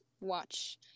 watch